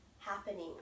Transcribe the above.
Happening